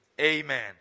amen